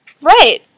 Right